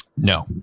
no